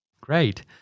Great